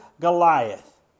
Goliath